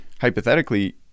hypothetically